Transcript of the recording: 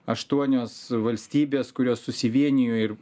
aštuonios valstybės kurios susivienijo ir